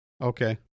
Okay